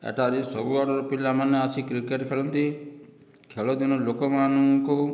ଏଠାରେ ସବୁ ଆଡ଼ର ପିଲାମାନେ ଆସି କ୍ରିକେଟ ଖେଳନ୍ତି ଖେଳ ଦିନ ଲୋକମାନଙ୍କୁ